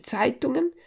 Zeitungen